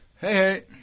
Hey